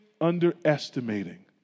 underestimating